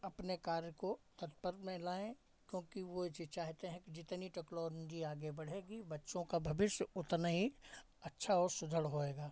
अपने कार्य को तत्पर में लाएँ क्योंकि वो जो चाहते हैं कि जितनी टेक्नोलॉजी आगे बढ़ेगी बच्चों का भविष्य उतना ही अच्छा और सुघड़ होएगा